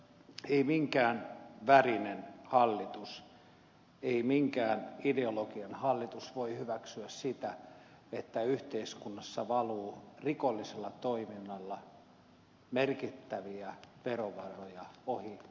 ei minkään värinen hallitus ei minkään ideologian hallitus voi hyväksyä sitä että yhteiskunnassa valuu rikollisella toiminnalla merkittäviä verovaroja ohi veronpidätyksen